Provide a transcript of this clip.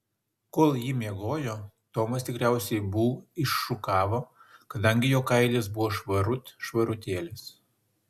kol ji miegojo tomas tikriausiai bū iššukavo kadangi jo kailis buvo švarut švarutėlis